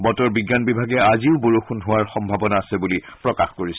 বতৰ বিজ্ঞান বিভাগে আজিও বৰষুণৰ হোৱাৰ সম্ভাৱনা আছে বুলি প্ৰকাশ কৰিছে